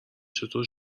چطور